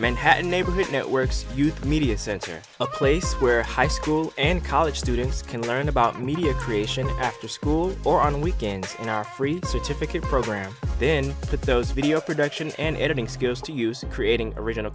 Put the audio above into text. manhattan neighborhood networks youth media center a place where high school and college students can learn about media creation after school or on weekends in our free certificate program then put those video productions and editing skills to use in creating original